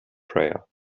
prayer